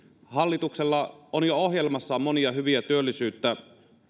hallituksella on jo ohjelmassaan monia hyviä työllisyyttä